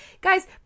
guys